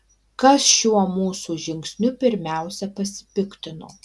kas šiuo mūsų žingsniu pirmiausia pasipiktino